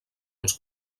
uns